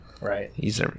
Right